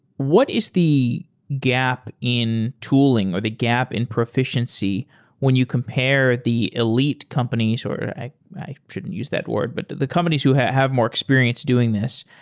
what is the gap in tool ing or the gap in proficiency when you compare the el ite companies or i i shouldn't use that word, but the companies who have have more experience doing this,